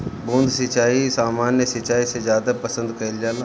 बूंद सिंचाई सामान्य सिंचाई से ज्यादा पसंद कईल जाला